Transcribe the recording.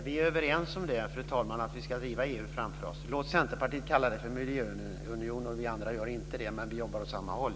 Fru talman! Vi är överens om att vi ska driva EU framför oss. Låt Centerpartiet kalla det för miljöunion - vi andra gör inte det, men vi jobbar åt samma håll.